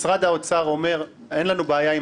משרד האוצר אומר: אין לנו בעיה עם